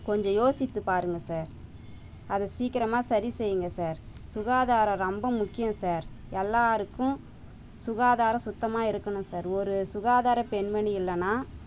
கொஞ்சம் யோசித்து பாருங்கள் சார் அதை சீக்கிரமாக சரி செய்யுங்க சார் சுகாதாரம் ரொம்ப முக்கியம் சார் எல்லாருக்கும் சுகாதாரம் சுத்தமாக இருக்கணும் சார் ஒரு சுகாதார பெண்மணி இல்லைன்னா